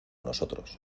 nosotros